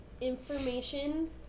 information